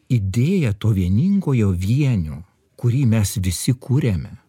idėja to vieningojo vienio kurį mes visi kuriame